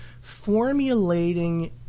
formulating